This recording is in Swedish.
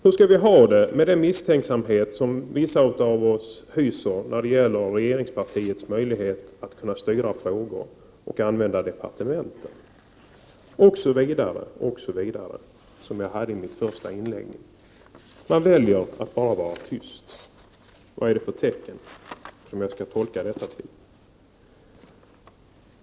Hur skall vi ha det med den misstänksamhet som vissa av oss hyser när det gäller regeringspartiets möjlighet att kunna styra i frågor och använda sig av departementen? Jag ställde fler frågor av denna typ i mitt första inlägg. Socialdemokraterna väljer att vara tysta. Hur skall man tolka detta tecken?